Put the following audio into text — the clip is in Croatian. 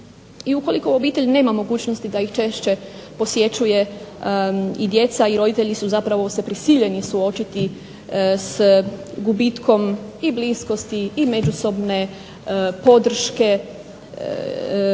I ukoliko obitelj nema mogućnosti da ih češće posjećuje i djeca i roditelji su zapravo se prisiljeni suočiti s gubitkom i bliskosti i međusobne podrške